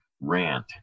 rant